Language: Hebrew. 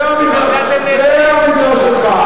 זה המגרש שלך.